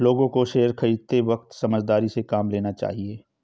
लोगों को शेयर खरीदते वक्त समझदारी से काम लेना चाहिए